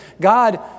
God